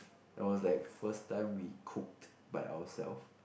it was like first time we cook by ourselves